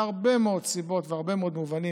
מהרבה מאוד סיבות ובהרבה מאוד מובנים,